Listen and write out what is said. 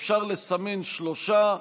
אפשר לסמן שלושה,